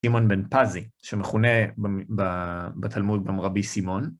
שמעון בן פזי, שמכונה בתלמוד גם רבי סימון.